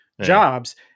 jobs